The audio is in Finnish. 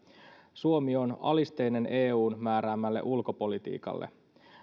suomi on alisteinen eun määräämälle ulkopolitiikalle